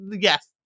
yes